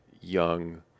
young